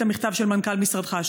את המכתב של מנכ"ל משרדך,